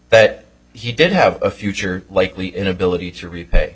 that he did have a future likely inability to repay